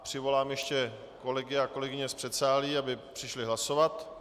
Přivolám ještě kolegyně a kolegy z předsálí, aby přišli hlasovat.